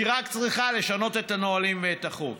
היא רק צריכה לשנות את הנהלים ואת החוק.